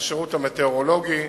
השירות המטאורולוגי,